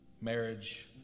Marriage